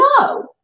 No